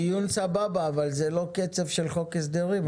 דיון סבבה, אבל זה לא קצב של חוק הסדרים.